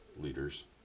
leaders